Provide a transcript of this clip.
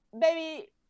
baby